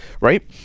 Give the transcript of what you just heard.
right